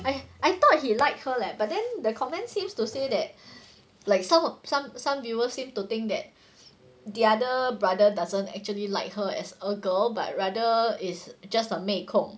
I I thought he liked her leh but then the comments seems to say that like some of some some viewers seem to think that the other brother doesn't actually like her as a girl but rather is just a 妹控